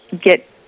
get